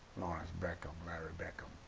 lawrence beckam, larry beckam.